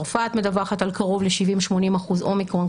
צרפת מדווחת על קרוב ל-70% 80% אומיקרון,